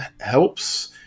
helps